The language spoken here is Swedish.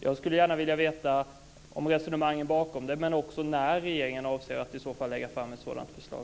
Jag skulle vilja veta lite grann om resonemangen bakom detta och när regeringen avser att i så fall lägga fram ett sådant här förslag.